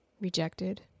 rejected